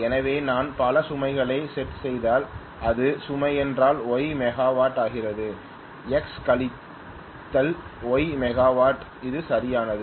எனவே நான் பல சுமைகளை சேட் செய்தால் அது சுமை என்றால் Y மெகாவாட் ஆகிறது X கழித்தல் Y மெகாவாட் அது சரியானது